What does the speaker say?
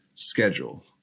schedule